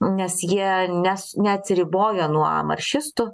nes jie nes neatsiribojo nuo maršistų